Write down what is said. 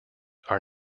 are